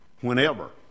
whenever